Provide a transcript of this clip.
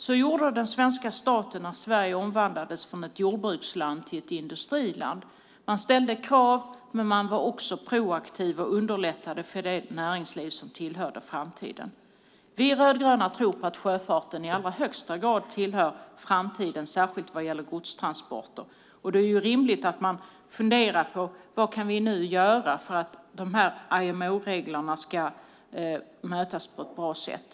Så gjorde den svenska staten när Sverige omvandlades från ett jordbruksland till ett industriland. Man ställde krav, men man var också proaktiv och underlättade för det näringsliv som tillhörde framtiden. Vi rödgröna tror på att sjöfarten i allra högsta grad tillhör framtiden, särskilt vad gäller godstransporter. Det är rimligt att fundera på vad vi nu kan göra för att IMO-reglerna ska mötas på ett bra sätt.